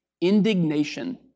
Indignation